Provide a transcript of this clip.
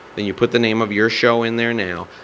then you put the name of your show in there now.